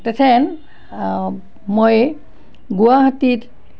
তেথেন মই গুৱাহাটীত